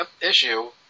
issue